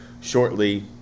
shortly